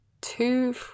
two